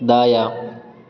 दायाँ